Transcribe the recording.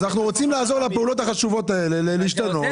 אנחנו רוצים לעזור לפעולות החשובות האלה להשתנות,